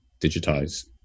digitize